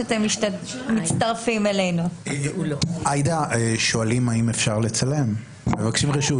שהמשפחות ובעיקר הילדים לא יצטרכו להיות בקשר עם הרוצח,